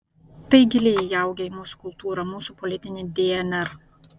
tai giliai įaugę į mūsų kultūrą mūsų politinį dnr